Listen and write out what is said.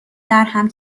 درهم